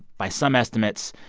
by some estimates,